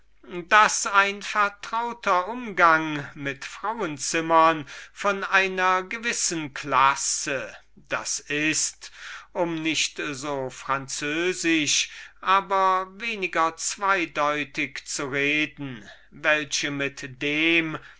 daß ein vertrauter umgang mit frauenzimmern von einer gewissen klasse oder nicht so französisch aber weniger zweideutig zu reden welche mit dem